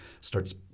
starts